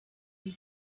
wind